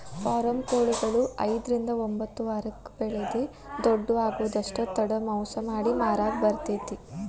form ಕೊಳಿಗಳು ಐದ್ರಿಂದ ಒಂಬತ್ತ ವಾರಕ್ಕ ಬೆಳಿದ ದೊಡ್ಡು ಆಗುದಷ್ಟ ತಡ ಮಾಂಸ ಮಾಡಿ ಮಾರಾಕ ಬರತೇತಿ